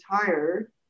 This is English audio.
tired